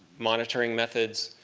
monitoring methods.